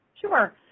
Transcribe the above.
Sure